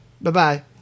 bye-bye